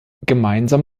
gemeinsam